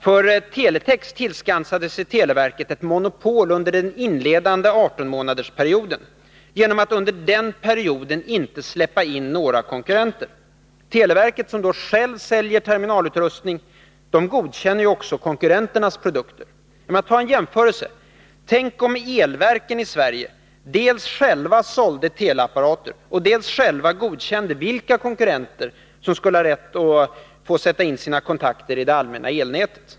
För Teletex tillskansade sig televerket ett monopol under den inledande 18-månadersperioden genom att under den perioden inte släppa in några konkurrenter. Televerket — som självt säljer terminalutrustning — godkänner också konkurrenternas produkter. Ta en jämförelse: Tänk om elverken i Sverige dels själva sålde TV-apparater, dels själva godkände vilka konkurrenter som skulle ha rätt att sätta in sina kontakter i det allmänna elnätet!